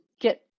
get